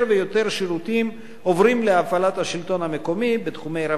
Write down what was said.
שירותים עוברים להפעלת השלטון המקומי בתחומי רווחה,